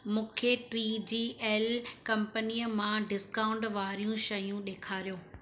मूंखे T G L कंपनिअ मां डिस्काउंट वारियूं शयूं ॾेखारियो